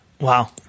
Wow